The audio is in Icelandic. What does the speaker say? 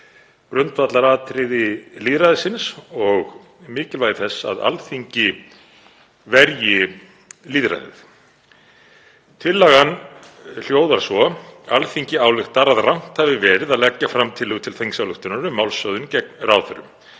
grundvallaratriði lýðræðisins og mikilvægi þess að Alþingi verji lýðræðið. Tillagan hljóðar svo: „Alþingi ályktar að rangt hafi verið að leggja fram tillögu til þingsályktunar um málshöfðun gegn ráðherrum,